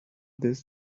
this